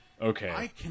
Okay